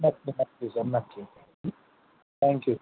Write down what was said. नक्की नक्की सर नक्की थँक्यू